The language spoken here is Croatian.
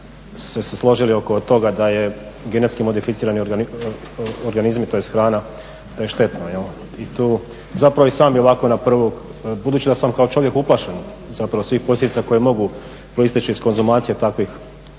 se složili oko toga da je genetski modificirani organizmi tj. hrana da je štetno. I tu, zapravo i sami ovako na prvu, budući da sam kao čovjek uplašen zapravo svih posljedica koje mogu proisteći iz konzumacije takvih,